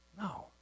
No